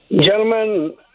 Gentlemen